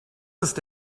ist